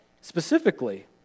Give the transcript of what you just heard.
specifically